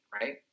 right